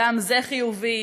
גם זה חיובי.